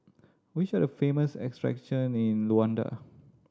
which are the famous attraction in Luanda